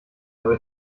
aber